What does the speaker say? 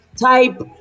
type